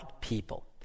people